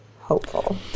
hopeful